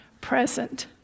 present